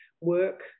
work